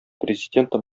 президенты